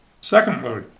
Secondly